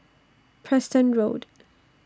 Preston Road